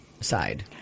side